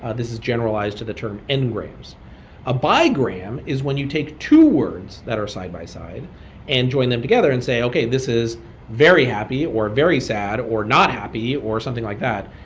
this is generalized to the term engrams a bigram is when you take two words that are side by side and join them together and say, okay, this is very happy or very sad or not happy or something like that,